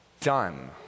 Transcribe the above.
done